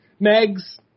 Megs